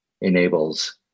enables